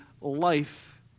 life